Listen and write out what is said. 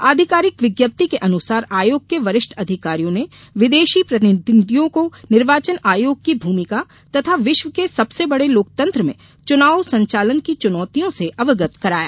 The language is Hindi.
आधिकारिक विज्ञप्ति के अनुसार आयोग के वरिष्ठ अधिकारियों ने विदेशी प्रतिनिधियों को निर्वाचन आयोग की भूमिका तथा विश्व के सबसे बड़े लोकतंत्र में चुनाव संचालन की चुनौतियों से अवगत कराया